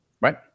right